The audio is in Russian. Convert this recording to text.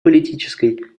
политической